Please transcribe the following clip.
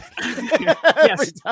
Yes